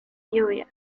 lluvia